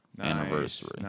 anniversary